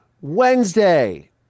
Wednesday